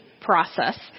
process